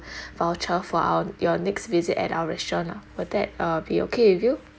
voucher for our your next visit at our restaurant lah will that uh be okay with you